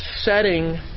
setting